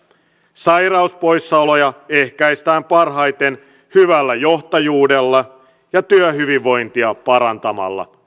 sairauspoissaoloja ehkäistään parhaiten hyvällä johtajuudella ja työhyvinvointia parantamalla